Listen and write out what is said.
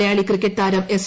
Malayali cricket ത്രാം S